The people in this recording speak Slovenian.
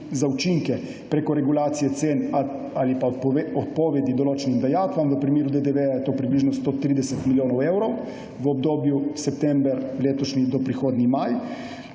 za učinke preko regulacije cen ali pa odpovedi določenim dajatvam. V primeru DDV je to približno 130 milijonov evrov v obdobju letošnji september−do prihodnji maj.